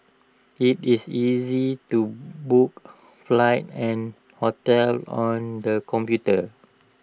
IT is easy to book flights and hotels on the computer